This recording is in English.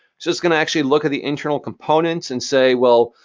so this gonna actually look at the internal components and say, well,